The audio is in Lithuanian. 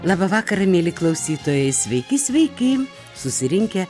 laba vakara mieli klausytojai sveiki sveiki susirinkę